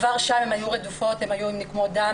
כבר שם הן היו רדופות, הן היו עם נקמות דם.